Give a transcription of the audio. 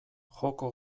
joko